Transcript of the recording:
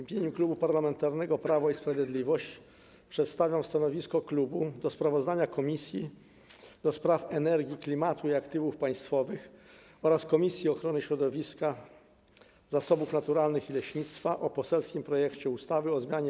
W imieniu Klubu Parlamentarnego Prawo i Sprawiedliwość przedstawiam stanowisko klubu odnośnie do sprawozdania Komisji do Spraw Energii, Klimatu i Aktywów Państwowych oraz Komisji Ochrony Środowiska, Zasobów Naturalnych i Leśnictwa o poselskim projekcie ustawy o zmianie